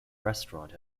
restaurant